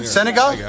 Senegal